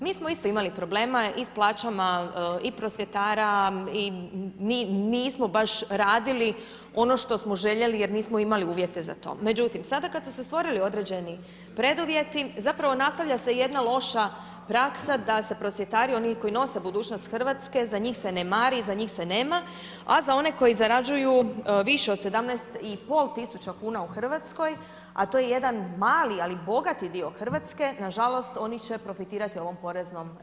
Mi smo isto imali problema i s plaćama i prosvjetara i mi nismo baš radili ono što željeli jer nismo imali uvjete za to, međutim, sada kad su se stvorili određeni preduvjeti, zapravo nastavlja se je jedna loša praksa da se prosvjetari, oni koji nose budućnost Hrvatske, za njih se ne mari, za njih se nema, a za one koji zarađuju više od 17 500 kuna u Hrvatskoj, a to je jedan mali, ali bogati dio Hrvatske, nažalost oni će profitirati ovom poreznom reformom.